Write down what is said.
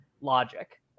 logic